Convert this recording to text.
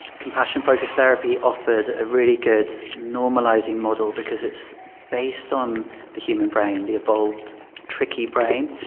compassion focused therapy offered a really good normalising model because it's based on the human brain, the evolved tricky brain,